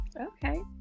Okay